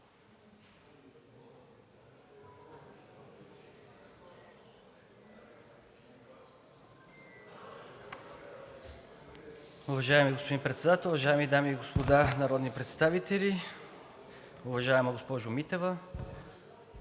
Уважаеми господин Председател, уважаеми дами и господа народни представители! Уважаема госпожо Митева,